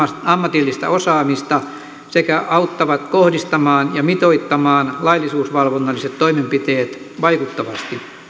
ammatillista osaamista sekä auttavat kohdistamaan ja mitoittamaan laillisuusvalvonnalliset toimenpiteet vaikuttavasti